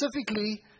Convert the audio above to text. specifically